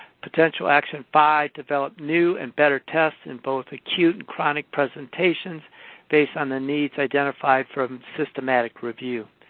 potential action five-develop new and better tests in both acute and chronic presentations based on the needs identified from systematic review.